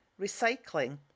recycling